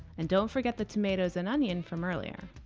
and don't forget the tomatoes and onion from earlier